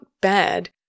bad